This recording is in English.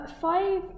five